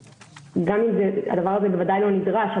גם אם הדבר הזה בוודאי לא נדרש,